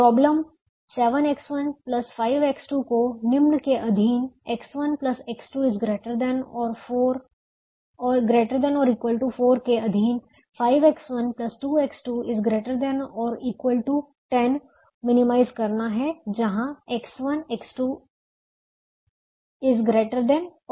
problem 7X1 5X2 को निम्न के अधीन X1 X2 ≥ 4 के अधीन 5X1 2X2 ≥ 10 मिनिमाइज करना है जहां X1 X2 ≥ 0 हैं